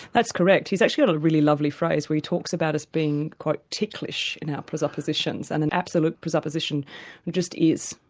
that's correct. he's actually got a really lovely phrase when he talks about us being quite ticklish in our presuppositions, and an absolute presupposition just is,